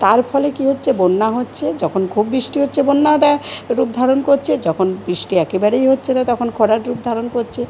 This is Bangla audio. তার ফলে কী হচ্ছে বন্যা হচ্ছে যখন খুব বৃষ্টি হচ্ছে বন্যা দেয় রূপ ধারণ করছে যখন বৃষ্টি একেবারেই হচ্ছে না তখন খরার রূপ ধারণ করছে